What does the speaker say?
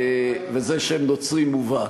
וזה שם נוצרי מובהק.